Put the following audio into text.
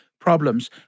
problems